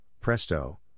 Presto